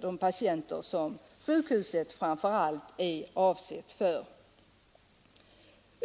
de patienter som sjukhuset framför allt är avsett för kan vara nöjda med.